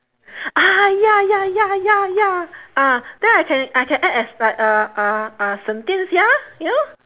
ah ya ya ya ya ya ah then I can I can act as like a a a 沈殿霞：shen dian xia you know